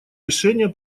решение